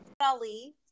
Ali